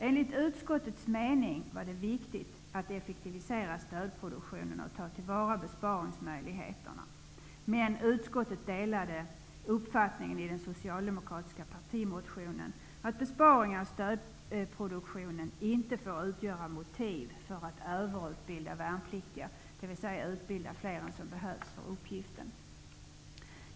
Enligt utskottets mening är det viktigt att effektivisera stödproduktionen och ta till vara besparingsmöjligheterna. Men utskottet delar uppfattningen i den socialdemokratiska partimotionen att besparingar i stödproduktionen inte får utgöra motiv för att överutbilda värnpliktiga, dvs. utbilda fler än vad som behövs för uppgiften.